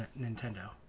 Nintendo